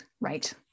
Right